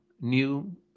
new